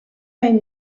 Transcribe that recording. hem